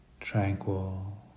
Tranquil